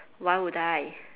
why would I